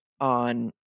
on